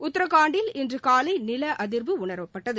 உத்ரகாண்டில் இன்று காலை நில அதிர்வு உணரப்பட்டது